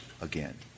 again